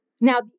Now